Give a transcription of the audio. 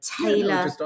Taylor